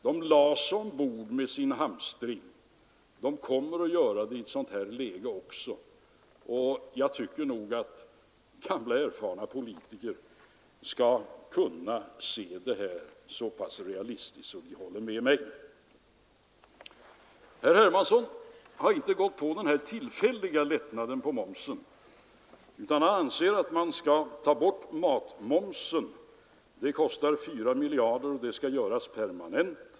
De hamstrade då, och de kommer att göra det i ett sådant här läge också, och jag tycker att gamla erfarna politiker skall kunna se detta så pass realistiskt att de håller med mig. Herr Hermansson har inte anslutit sig till önskemålet om en tillfällig lättnad av momsen, utan han anser att man skall ta bort matmomsen. Det kostar 4 miljarder kronor om det skall göras permanent.